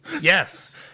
Yes